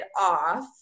off